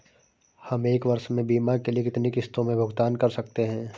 हम एक वर्ष में बीमा के लिए कितनी किश्तों में भुगतान कर सकते हैं?